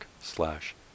slash